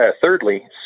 Thirdly